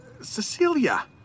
Cecilia